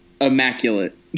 immaculate